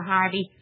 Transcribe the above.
Harvey